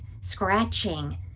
scratching